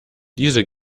diese